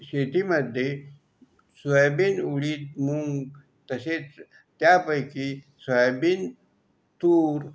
शेतीमध्ये सोयाबीन उडीद मूंग तसेच त्यापैकी सोयाबीन तूर